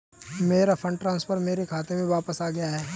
मेरा fund transfer मेरे खाते में वापस आ गया है